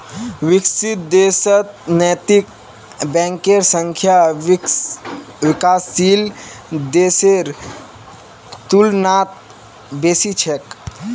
विकसित देशत नैतिक बैंकेर संख्या विकासशील देशेर तुलनात बेसी छेक